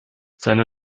seine